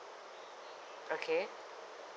okay